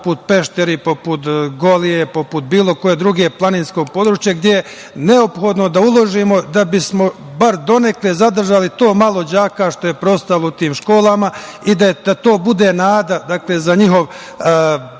poput Peštera i popu Golije i poput bilo kojeg drugog planinskog područja, gde je neophodno da uložimo da bi smo bar donekle zadržali to malo đaka što je preostalo u tim školama i da to bude nada za njihov ostanak